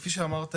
כפי שאמרת,